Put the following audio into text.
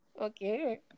Okay